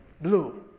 blue